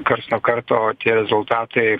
karts nuo karto tie rezultatai